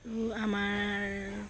ত আমাৰ